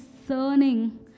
discerning